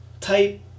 type